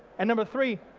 and number three,